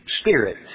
spirit